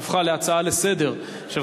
שהפכה להצעה לסדר-היום,